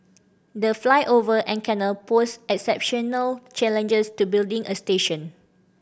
the flyover and canal posed exceptional challenges to building a station